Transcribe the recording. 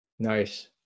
Nice